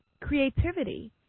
creativity